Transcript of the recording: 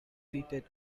seated